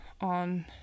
on